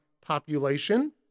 population